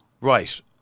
Right